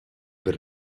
per